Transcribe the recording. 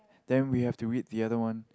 then we have to read the other one